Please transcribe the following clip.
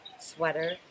Sweater